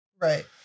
Right